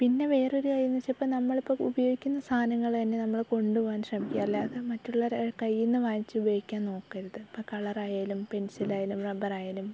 പിന്നെ വേറെ ഒരു കാര്യംന്നു വെച്ചാൽ ഇപ്പോൾ നമ്മളിപ്പോൾ ഉപയോഗിക്കുന്ന സാധനങ്ങൾ തന്നെ നമ്മൾ കൊണ്ടുപോകാൻ ശ്രമിക്കുക അല്ലാതെ മറ്റുള്ളവരുടെ കയ്യീന്നു വാങ്ങിച്ചു ഉപയോഗിക്കാൻ നോക്കരുത് ഇപ്പോൾ കളറായാലും പെൻസിലായാലും റബ്ബറായാലും